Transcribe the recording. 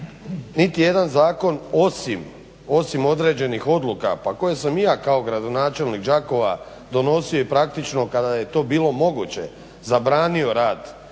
niti jedan zakon osim određenih odluka pa koje sam i ja kao gradonačelnik Đakova donosio i praktično kada je to bilo moguće zabranio rad